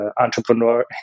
entrepreneur